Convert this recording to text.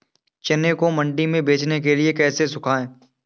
चने को मंडी में बेचने के लिए कैसे सुखाएँ?